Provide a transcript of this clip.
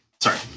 sorry